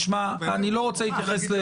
אני לא רוצה להתייחס.